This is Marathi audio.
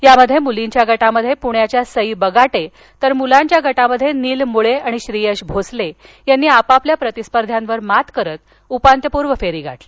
यामध्ये मुलींच्या गटात पुण्याच्या सई बगाटे तर मुलांच्या गटात निल मुळ्ये आणि श्रीयश भोसले यांनी आपापल्या प्रतिस्पर्ध्यांवर मात करत उपांत्यपूर्व फेरी गाठली